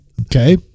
Okay